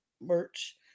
merch